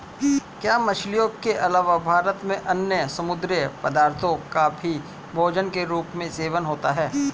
क्या मछलियों के अलावा भारत में अन्य समुद्री पदार्थों का भी भोजन के रूप में सेवन होता है?